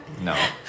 No